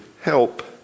help